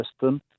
system